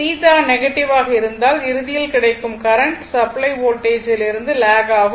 θ negative ஆக இருந்தால் இறுதியில் கிடைக்கும் கரண்ட் சப்ளை வோல்டேஜில் இருந்து லாக் ஆகும்